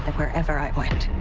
wherever i went.